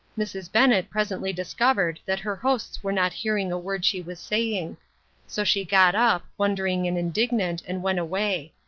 mrs. bennett presently discovered that her hosts were not hearing a word she was saying so she got up, wondering and indignant, and went away.